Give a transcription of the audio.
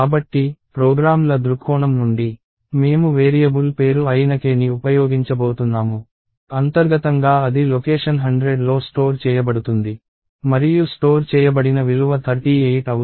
కాబట్టి ప్రోగ్రామ్ల దృక్కోణం నుండి మేము వేరియబుల్ పేరు అయిన kని ఉపయోగించబోతున్నాము అంతర్గతంగా అది లొకేషన్ 100లో స్టోర్ చేయబడుతుంది మరియు స్టోర్ చేయబడిన విలువ 38 అవుతుంది